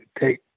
take